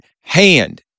hand